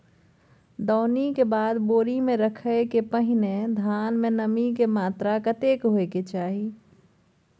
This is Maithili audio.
दौनी के बाद बोरी में रखय के पहिने धान में नमी के मात्रा कतेक होय के चाही?